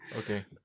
Okay